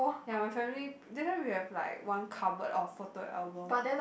ya my family didn't we have like one cupboard of photo albums